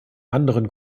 anderen